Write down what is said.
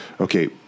Okay